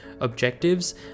objectives